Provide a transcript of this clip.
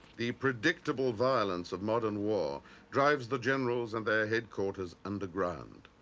the predictable violence of modern war drives the generals and their headquarters underground.